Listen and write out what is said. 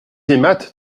aimâtes